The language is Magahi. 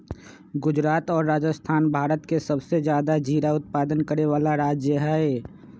गुजरात और राजस्थान भारत के सबसे ज्यादा जीरा उत्पादन करे वाला राज्य हई